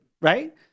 right